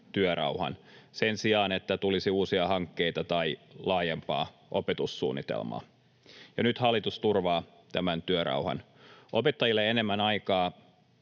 sen sijaan, että tulisi uusia hankkeita tai laajempaa opetussuunnitelmaa. Nyt hallitus turvaa tämän työrauhan: opettajille enemmän aikaa